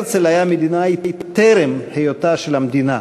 הרצל היה מדינאי טרם היותה של המדינה,